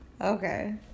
Okay